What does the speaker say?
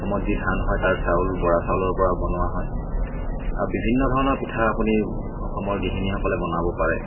অসমত যি ধান হয় তাৰ চাউল বৰা চাউলৰপৰা বনোৱা হয় আৰু বিভিন্ন ধৰণৰ পিঠা আপুনি অসমৰ গৃহিণীসকলে বনাব পাৰে